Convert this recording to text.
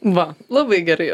va labai gerai